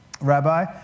Rabbi